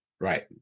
right